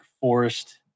Forest